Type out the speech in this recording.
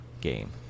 game